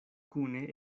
kune